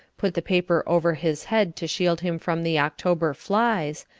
put the paper over his head to shield him from the october flies,